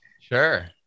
Sure